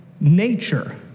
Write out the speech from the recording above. nature